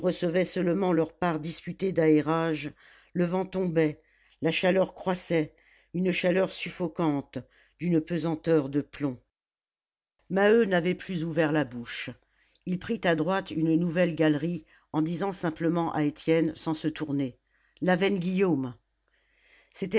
recevaient seulement leur part disputée d'aérage le vent tombait la chaleur croissait une chaleur suffocante d'une pesanteur de plomb maheu n'avait plus ouvert la bouche il prit à droite une nouvelle galerie en disant simplement à étienne sans se tourner la veine guillaume